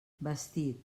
vestit